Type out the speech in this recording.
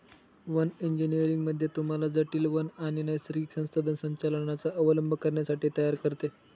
one इंजीनियरिंग मध्ये तुम्हाला जटील वन आणि नैसर्गिक संसाधन संचालनाचा अवलंब करण्यासाठी तयार करते